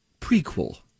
Prequel